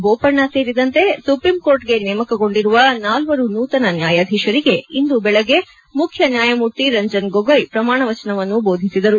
ಬೋಪಣ್ಣ ಸೇರಿದಂತೆ ಸುಪ್ರೀಂಕೋರ್ಟ್ಗೆ ನೇಮಕಗೊಂಡಿರುವ ನಾಲ್ವರು ನೂತನ ನ್ಕಾಯಧೀಶರಿಗೆ ಇಂದು ಬೆಳಿಗ್ಗೆ ಮುಖ್ಯ ನ್ಕಾಯಮೂರ್ತಿ ರಂಜನ್ ಗೋಗೊಯ್ ಪ್ರಮಾಣವಚನವನ್ನು ಬೋಧಿಸಿದರು